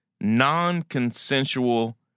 non-consensual